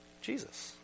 jesus